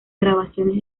grabaciones